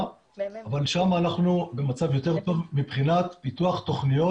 אבל שמה אנחנו במצב יותר טוב מבחינת פיתוח תכניות